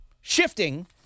shifting